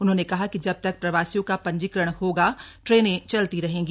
उन्होंने कहा कि जब तक प्रवासियों का पंजीकरण होगा ट्रेनें चलती रहेंगी